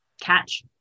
catch